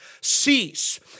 cease